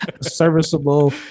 serviceable